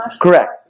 Correct